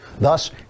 Thus